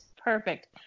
Perfect